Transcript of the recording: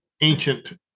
ancient